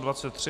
23.